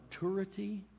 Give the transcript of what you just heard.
maturity